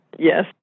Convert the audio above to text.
Yes